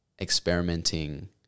experimenting